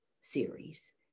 series